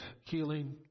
healing